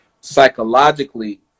psychologically